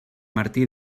martí